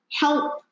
help